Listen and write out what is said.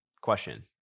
question